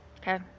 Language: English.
Okay